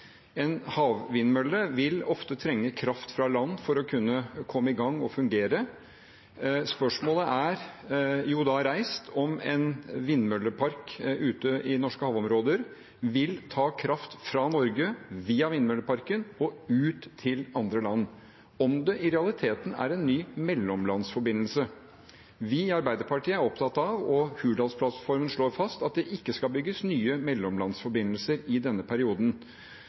En havvindmølle vil ofte trenge kraft fra land for å kunne komme i gang og fungere. Spørsmålet er da reist om en vindmøllepark ute i norske havområder vil ta kraft fra Norge via vindmølleparken og ut til andre land – om det i realiteten er en ny mellomlandsforbindelse. Vi i Arbeiderpartiet er opptatt av – og Hurdalsplattformen slår fast – at det ikke skal bygges nye mellomlandsforbindelser i denne perioden.